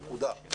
נקודה.